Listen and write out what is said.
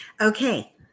okay